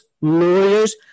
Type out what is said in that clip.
lawyers